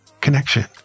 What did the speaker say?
connection